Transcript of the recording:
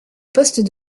poste